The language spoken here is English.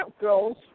girls